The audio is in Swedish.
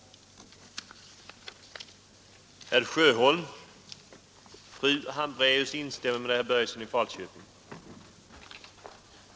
förekomma — nu talar jag hela tiden om dem som är överens — att båda